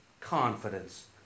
confidence